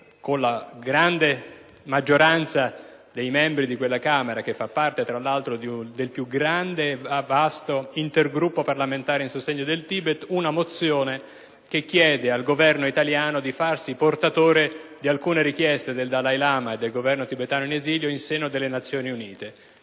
con la grande maggioranza dei suoi membri, che fa parte tra l'altro del più vasto intergruppo parlamentare a sostegno del Tibet, una mozione con cui si chiede al Governo italiano di farsi portatore di alcune richieste del Dalai Lama e del Governo tibetano in esilio in seno alle Nazioni Unite: